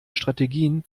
strategien